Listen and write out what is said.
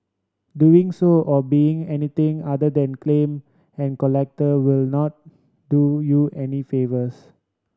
doing so or being anything other than and collect will not do you any favours